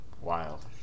Wild